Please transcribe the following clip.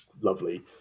lovely